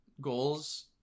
goals